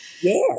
Yes